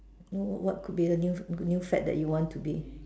oh what could be a new new fad that you want to be